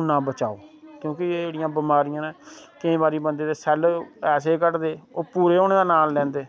उन्ना बचाओ क्योंकि एह् जेह्ड़ियां बमारियां नै केंई बारी बंदे दे सैल्ल जेल्लै घटदे ओह् पूरा होंने दा नांऽ नी लैंदे